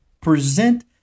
present